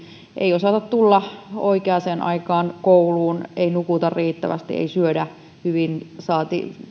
ei osata tulla oikeaan aikaan kouluun ei nukuta riittävästi ei syödä hyvin sitten varsinkin